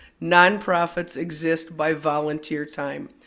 non profits exist by volunteer time.